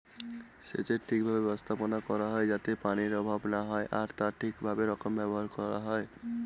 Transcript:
সেচের ঠিক ভাবে ব্যবস্থাপনা করা হয় যাতে পানির অভাব না হয় আর তা ঠিক ভাবে ব্যবহার করা হয়